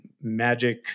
magic